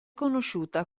conosciuta